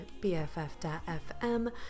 BFF.fm